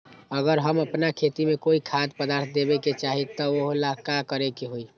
अगर हम अपना खेती में कोइ खाद्य पदार्थ देबे के चाही त वो ला का करे के होई?